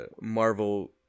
Marvel